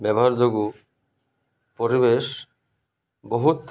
ବ୍ୟବହାର ଯୋଗୁଁ ପରିବେଶ ବହୁତ